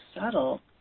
subtle